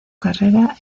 carrera